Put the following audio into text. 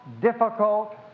difficult